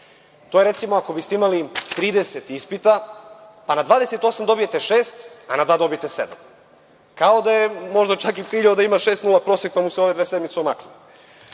To je, recimo, ako biste imali 30 ispita, a na 28 dobijete šest, a na dva dobijete 7, kao da je možda i ciljao da ima 6 prosek, pa su mu se ove dve sedmice omakle. Tu